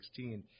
2016